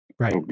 Right